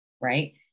right